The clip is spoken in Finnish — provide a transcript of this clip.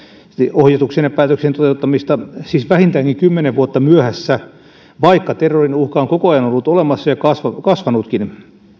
ohjeistuksien ja päätöksien toteuttamista siis vähintäänkin kymmenen vuotta myöhässä vaikka terrorin uhka on koko ajan ollut olemassa ja kasvanutkin